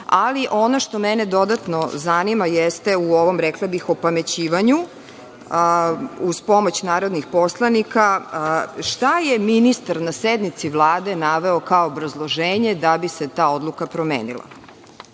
Ali, ono što mene dodatno zanima jeste, u ovom rekla bih opamećivanju, uz pomoć narodnih poslanika, što je ministar na sednici Vlade naveo kao obrazloženje da bi se ta odluka promenila? Mi